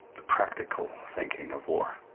the practical thinking of war.